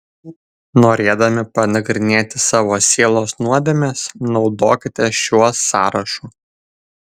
norėdami panagrinėti savo sielos nuodėmes naudokitės šiuo sąrašu